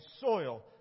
soil